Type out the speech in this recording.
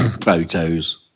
photos